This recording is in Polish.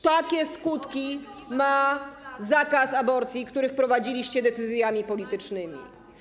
Takie skutki ma zakaz aborcji, który wprowadziliście decyzjami politycznymi.